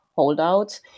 holdout